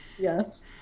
yes